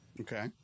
Okay